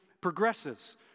progresses